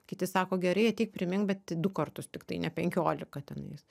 kiti sako gerai ateik primink bet du kartus tiktai ne penkiolika tenais